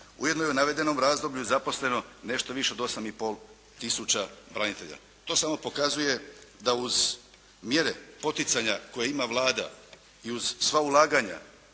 Ujedno je u navedenom razdoblju zaposleno nešto više od 8 i pol tisuća branitelja. To samo pokazuje da uz mjere poticanja koje ima Vlada i uz sva ulaganja